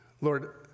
Lord